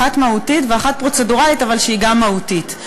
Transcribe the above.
אחת מהותית ואחת פרוצדורלית אבל גם מהותית,